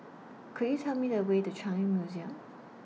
Could YOU Tell Me The Way to The Changi Museum